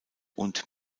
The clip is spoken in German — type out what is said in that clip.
und